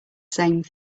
same